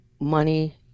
money